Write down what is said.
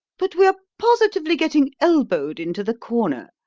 but we are positively getting elbowed into the corner.